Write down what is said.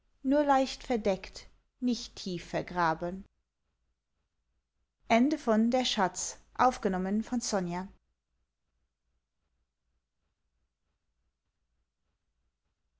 nur leicht verdeckt nicht tief vergraben